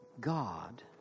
God